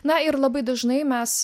na ir labai dažnai mes